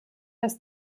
das